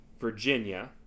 Virginia